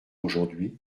aujourd’hui